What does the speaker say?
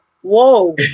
Whoa